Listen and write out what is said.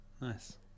Nice